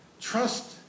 Trust